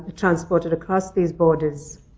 transported across these borders.